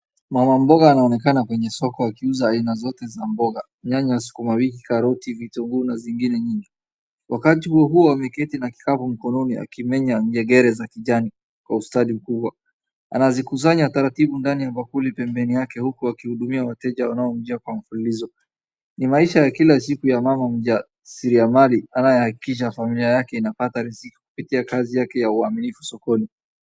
Mama mboga anaonekana kwenye soko akiuza aina zote za mboga nyanya ,sukumawiki, karoti, vitunguu na zingine nyingi wakati huo huo ameketi na kikapu mkononi akimenya nyegere za kijani kwa ustadi mkubwa anakusanya taratibu ndani ya bakuli pembeni yake huku akihudumia wateja wanaomjua kwa mfululizo ni maisha ya kila siku ya mama mjasri anayehakikisha familia yake inapata riziki kupitia kazi yake ya uaminifu sokoni.